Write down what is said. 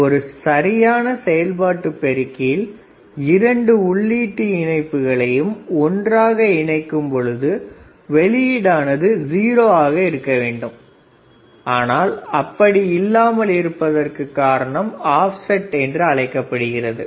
ஆனால் ஒரு சரியான செயல்பாடு பெருக்கியில் இரண்டு உள்ளீட்டு இணைப்புகளையும் ஒன்றாக இணைக்கும் பொழுது வெளியீடு ஆனது 0 வாக இருக்க வேண்டும் ஆனால் அப்படி இல்லாமல் இருப்பதற்கு காரணம் ஆப்செட் என்று அழைக்கப்படுகிறது